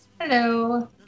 Hello